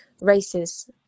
races